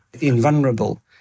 invulnerable